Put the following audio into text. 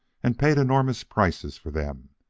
and paid enormous prices for them.